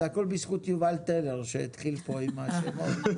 זה הכול בזכות יובל טלר שהתחיל פה עם השמות.